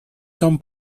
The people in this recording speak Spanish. son